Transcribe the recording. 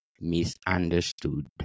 misunderstood